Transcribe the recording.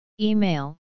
Email